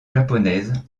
japonaises